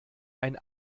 ein